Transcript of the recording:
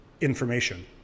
information